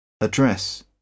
Address